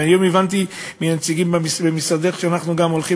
והיום הבנתי מהנציגים במשרדך שאנחנו גם הולכים